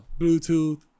bluetooth